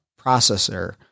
processor